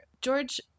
george